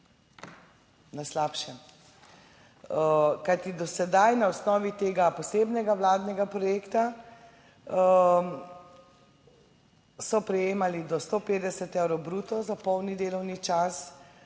Na slabšem, kajti do sedaj na osnovi tega posebnega vladnega projekta, so prejemali do 150 evrov bruto za polni delovni čas,